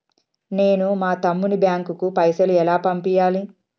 నేను మా తమ్ముని బ్యాంకుకు పైసలు ఎలా పంపియ్యాలి?